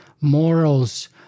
morals